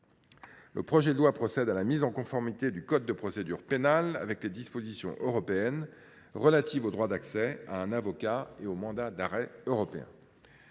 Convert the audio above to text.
Le projet de loi procède à la mise en conformité du code de procédure pénale avec les dispositions européennes relatives au droit d’accès à un avocat et au mandat d’arrêt européen.